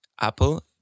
Apple